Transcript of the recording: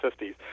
50s